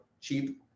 cheap